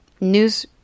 news